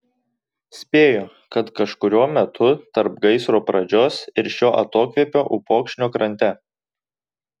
spėjo kad kažkuriuo metu tarp gaisro pradžios ir šio atokvėpio upokšnio krante